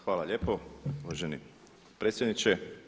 Hvala lijepo uvaženi predsjedniče.